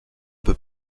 peu